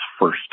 first